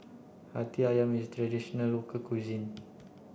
Hati Ayam is traditional local cuisine